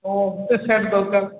ହଁ ଗୋଟେ ସେଟ୍ ଦରକାର